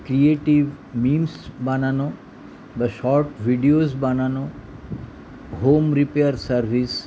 creative memes বানানো বা short videos বানানো হোম রিপেয়ার সার্ভিস